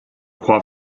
crois